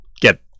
get